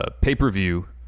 Pay-per-view